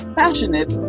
passionate